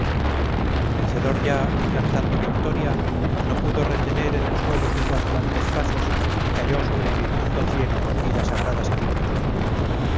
vencedor ya y cantando victoria no pudo retener en el suelo sus vacilantes pasos y cayó sobre el inmundo cieno y la sagrada sangre